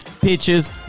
pitches